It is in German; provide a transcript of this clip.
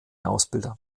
ausbilder